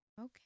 Okay